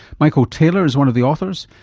michael taylor is one of the authors,